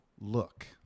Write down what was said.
look